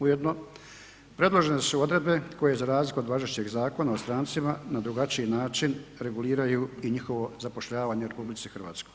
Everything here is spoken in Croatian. Ujedno predložene su odredbe koje za razliku od važećeg Zakona o strancima na drugačiji način reguliraju i njihovo zapošljavanje u RH.